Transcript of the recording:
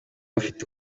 bafite